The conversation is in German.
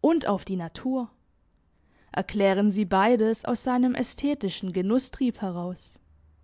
und auf die natur erklären sie beides aus seinem ästhetischen genusstrieb heraus